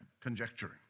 conjecturing